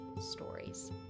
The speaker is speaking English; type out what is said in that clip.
stories